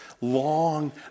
long